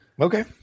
Okay